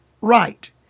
right